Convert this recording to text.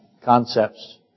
concepts